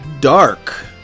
Dark